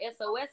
sos